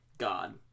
god